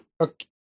okay